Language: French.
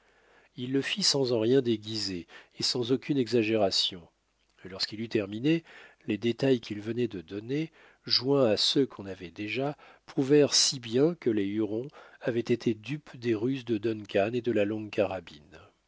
il le fit sans en rien déguiser et sans aucune exagération et lorsqu'il l'eut terminé les détails qu'il venait de donner joints à ceux qu'on avait déjà prouvèrent si bien que les hurons avaient été dupes des ruses de duncan et de la longuecarabine